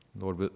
Lord